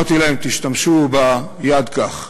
אמרתי להם: תשמשו ביד כך,